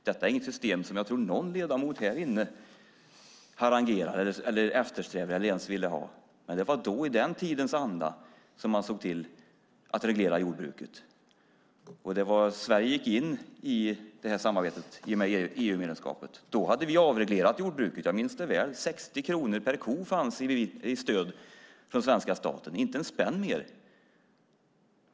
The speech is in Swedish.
Detta är inget system som jag tror någon ledamot här i kammaren harangerar, eftersträvar eller ens vill ha. Det var i den tidens anda man såg till att reglera jordbruket. Sverige gick in i samarbetet i och med EU-medlemskapet. Då hade vi avreglerat jordbruket. Jag minns det väl. 60 kronor per ko fanns i stöd från svenska staten. Inte en spänn mer!